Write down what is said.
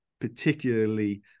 particularly